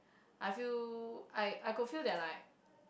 I feel I I could feel they're like